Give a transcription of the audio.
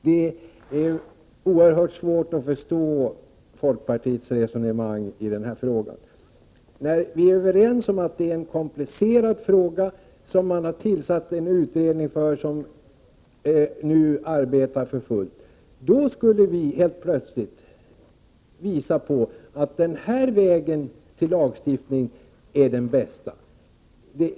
Herr talman! Det är oerhört svårt att förstå folkpartiets resonemang i den här frågan. När vi är överens om att det är en komplicerad fråga, som man har tillsatt en utredning för, vilken nu arbetar för fullt, då skulle vi helt plötsligt visa på att en viss lagstiftning är den bästa.